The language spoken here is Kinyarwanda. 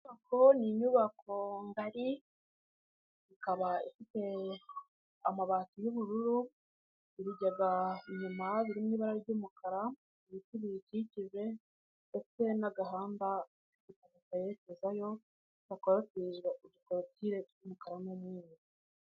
Iyi nyubako, ni inyubako ngari, ikaba ifite amabati y'ubururu, ibigega inyuma biri mu ibara ry'umukara, ibiti bibikikije, ndetse n'agahanda kerekezayo, hakoratirijwe udukorotire tw'umukara n'umweru.